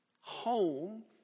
home